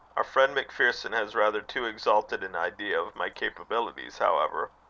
our friend macpherson has rather too exalted an idea of my capabilities, however.